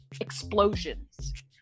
explosions